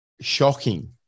shocking